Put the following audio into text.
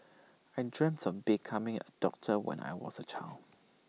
I dreamt of becoming A doctor when I was A child